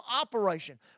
operation